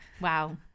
wow